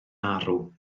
arw